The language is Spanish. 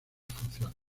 funciones